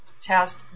test